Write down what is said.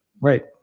Right